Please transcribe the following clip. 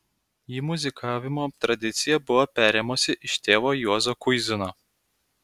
ji muzikavimo tradiciją buvo perėmusi iš tėvo juozo kuizino